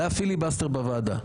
והיה פיליבסטר בוועדה.